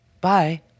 Bye